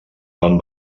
van